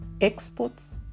exports